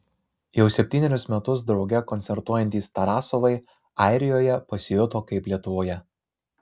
jau septynerius metus drauge koncertuojantys tarasovai airijoje pasijuto kaip lietuvoje